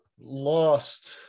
lost